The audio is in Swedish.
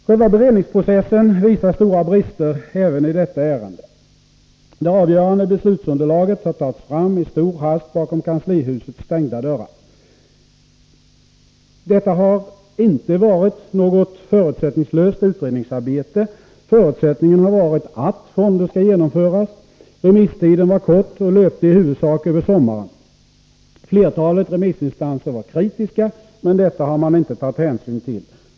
Själva beredningsprocessen visar stora brister även i detta ärende. Det avgörande beslutsunderlaget har tagits fram i stor hast bakom kanslihusets stängda dörrar. Detta har inte varit något förutsättningslöst utredningsarbete. Förutsättningen har varit att fonderna skall genomföras. Remisstiden var kort och löpte i huvudsak över sommaren. Flertalet remissinstanser var kritiska, men det har man inte tagit hänsyn till.